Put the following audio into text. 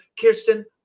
Kirsten